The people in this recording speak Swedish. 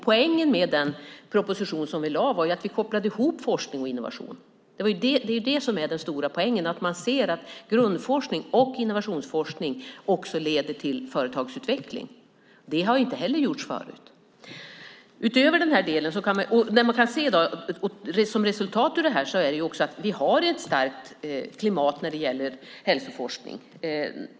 Poängen med den proposition som vi lade fram var att vi kopplade ihop forskning och innovation. Det är det som är den stora poängen: Grundforskning och innovationsforskning leder också till företagsutveckling. Det har inte heller gjorts förut. Som resultat av detta har vi ett starkt klimat när det gäller hälsoforskning.